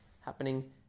happening